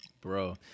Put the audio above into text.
Bro